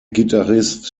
gitarrist